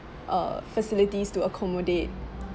uh facilities to accommodate